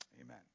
amen